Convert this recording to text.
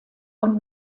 und